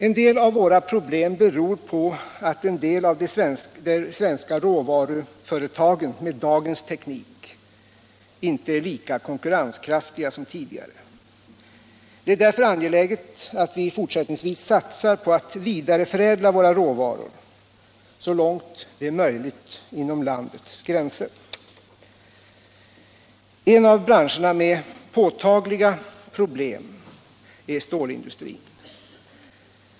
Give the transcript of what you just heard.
En del av våra problem beror på att vissa av de svenska råvaruföretagen med dagens teknik inte är lika konkurrenskraftiga som tidigare. Det är därför angeläget att vi fortsättningsvis satsar på att vidareförädla vård råvaror så långt det är möjligt inom landets gränser. En av branscherna med påtagliga problem är stålindustrin.